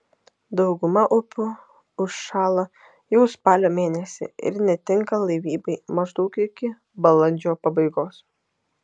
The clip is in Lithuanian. dauguma upių užšąla jau spalio mėnesį ir netinka laivybai maždaug iki balandžio pabaigos